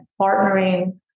partnering